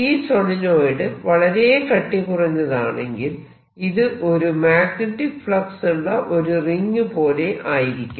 ഈ സോളിനോയിഡ് വളരെ കട്ടികുറഞ്ഞതാണെങ്കിൽ ഇത് ഒരു മാഗ്നെറ്റിക് ഫ്ളക്സ് ഉള്ള ഒരു റിംഗ് പോലെ ആയിരിക്കും